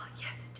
Yes